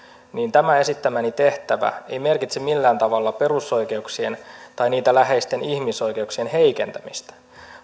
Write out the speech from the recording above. tämä esittämäni tehtävä ei merkitse millään tavalla perusoikeuksien tai niille läheisten ihmisoikeuksien heikentämistä